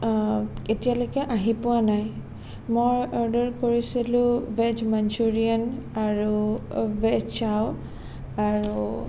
এতিয়ালৈকে আহি পোৱা নাই মই অৰ্ডাৰ কৰিছিলোঁ ভেজ মঞ্চুৰিয়ান আৰু ভেজ চাও আৰু